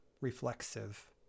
reflexive